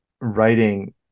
writing